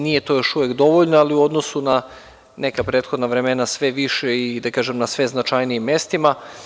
Nije to još uvek dovoljno, ali u odnosu na neka prethodna vremena, sve je više i na sve, da kažem, značajnijim mestima.